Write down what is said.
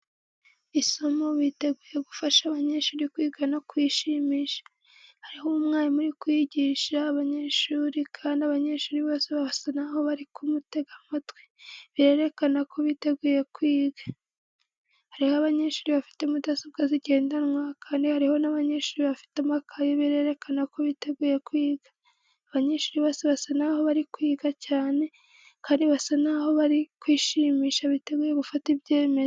Isomo, biteguye gufasha abanyeshuri kwiga no kwishimisha. Hariho umwarimu uri kwigisha abanyeshuri, kandi abanyeshuri bose basa n'aho bari kumutega amatwi, bikerekana ko biteguye kwiga. Hariho abanyeshuri bafite mudasobwa zigendanwa, kandi hariho abanyeshuri bafite amakaye, bikerekana ko biteguye kwiga. Abanyeshuri bose basa n'aho bari kwiga cyane, kandi basa n'aho bari kwishimisha, biteguye gufata ibyemezo.